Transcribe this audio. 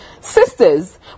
Sisters